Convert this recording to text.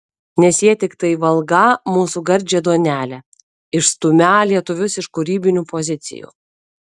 nes jie tiktai valgą mūsų gardžią duonelę išstumią lietuvius iš kūrybinių pozicijų